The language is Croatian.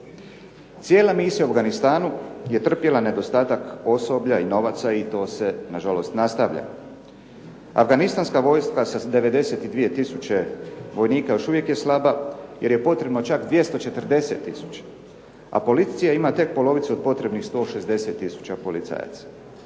Cijela misija u Afganistanu je trpjela nedostatak osoblja i novaca i to se na žalost nastavlja. Afganistanska vojska sa 92 tisuće vojnika još uvijek je slaba jer je potrebno čak 240 tisuća, a policije ima tek polovicu od potrebnih 160 tisuća policajaca.